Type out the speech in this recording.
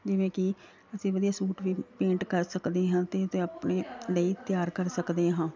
ਜਿਵੇਂ ਕਿ ਅਸੀਂ ਵਧੀਆ ਸੂਟ ਵੀ ਪੇਂਟ ਕਰ ਸਕਦੀ ਹਾਂ ਤੇ ਅਤੇ ਆਪਣੇ ਲਈ ਤਿਆਰ ਕਰ ਸਕਦੇ ਹਾਂ